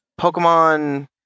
Pokemon